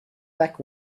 back